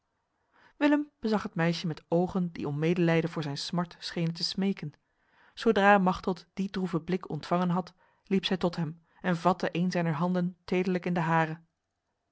willem bezag het meisje met ogen die om medelijden voor zijn smart schenen te smeken zodra machteld die droeve blik ontvangen had liep zij tot hem en vatte een zijner handen tederlijk in de hare